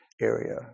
area